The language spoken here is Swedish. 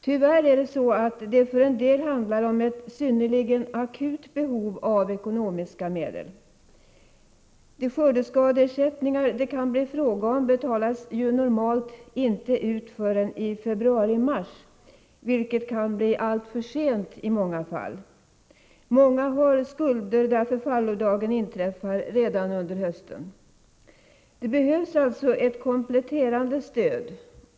Tyvärr är det så, att det för en del handlar om ett synnerligen akut behov av ekonomiska medel. De skördeskadeersättningar det kan bli fråga om betalas normalt inte ut förrän i februari-mars, vilket kan bli alltför sent i många fall. Många har skulder där förfallodagen inträffar redan under hösten. Det behövs alltså ett kompletterande stöd.